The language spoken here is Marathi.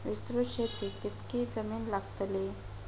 विस्तृत शेतीक कितकी जमीन लागतली?